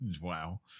Wow